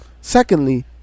Secondly